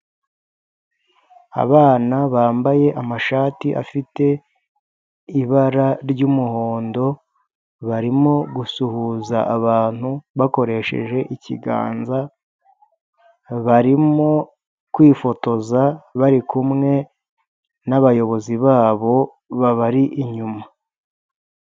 Abana bambaye amashati afite ibara ry'umuhondo, barimo gusuhuza abantu bakoresheje ikiganza, barimo kwifotoza bari kumwe n'abayobozi babo babari inyuma.